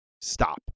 stop